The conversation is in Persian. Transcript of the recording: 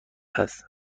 هست